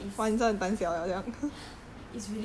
it's relatable leh 七月 leh